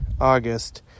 August